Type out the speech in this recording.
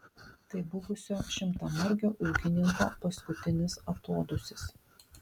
tai buvusio šimtamargio ūkininko paskutinis atodūsis